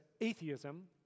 Atheism